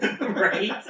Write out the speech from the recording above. right